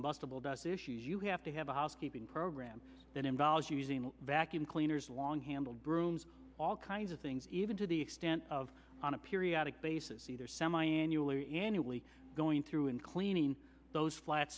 combustible dust issues you have to have a housekeeping program that involves using vacuum cleaners long handled brooms all kinds of things even to the extent of on a periodic basis either semiannually annually going through and cleaning those flat